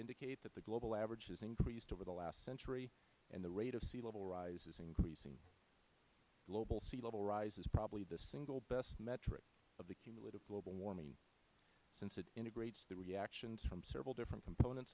indicate that the global average has increased over the last century and the rate of sea level rise is increasing global sea level rise is probably the single best metric of accumulative global warming since it integrates the reactions from several different components